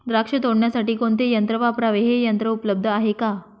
द्राक्ष तोडण्यासाठी कोणते यंत्र वापरावे? हे यंत्र उपलब्ध आहे का?